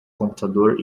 computador